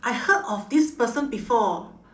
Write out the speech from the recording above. I heard of this person before